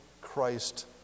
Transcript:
Christ